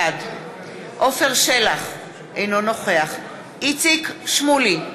בעד עפר שלח, אינו נוכח איציק שמולי,